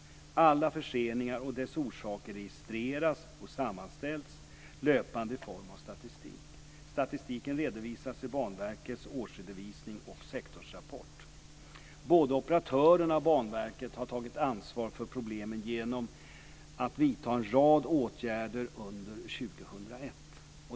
Alla förseningar och deras orsaker registreras och sammanställs löpande i form av statistik. Statistiken redovisas i Banverkets årsredovisning och sektorsrapport. Både operatörerna och Banverket har tagit ansvar för problemen genom att vidta en rad åtgärder under 2001.